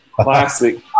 classic